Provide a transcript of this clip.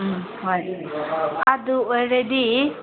ꯎꯝ ꯍꯣꯏ ꯑꯗꯨ ꯑꯣꯏꯔꯗꯤ